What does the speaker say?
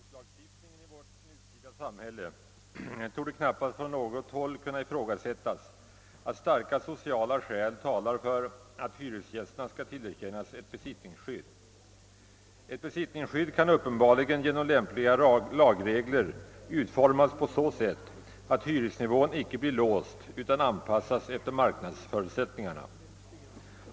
Herr talman! När det gäller hyreslagstiftningen i vårt nutida samhälle torde det knappast från något håll kunna ifrågasättas att starka sociala skäl talar för att hyresgästerna skall tillerkännas ett besittningsskydd. Ett sådant kan uppenbarligen genom lämpliga lagregler utformas på så sätt, att hyresnivån icke blir låst utan anpassas efter marknadsförutsättningarna.